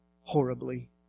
horribly